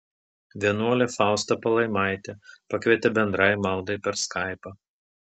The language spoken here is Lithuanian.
vienuolė fausta palaimaitė pakvietė bendrai maldai per skaipą